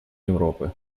европы